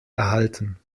erhalten